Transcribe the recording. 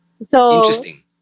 Interesting